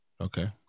okay